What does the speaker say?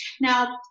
Now